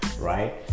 right